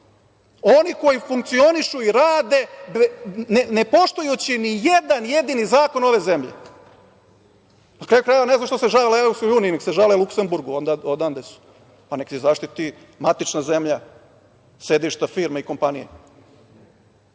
Oni koji funkcionišu i rade ne poštujući ni jedan jedini zakon ove zemlje? Na kraju krajeva, ne znam šta se žale EU, nek se žale Luksenburgu, odande su, pa ih nek ih zaštiti matična zemlja, sedišta firme i kompanije. Dakle,